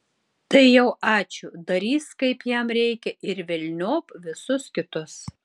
tai jau ačiū darys kaip jam reikia ir velniop visus kitus